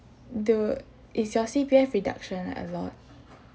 the is your C_P_F reduction a lot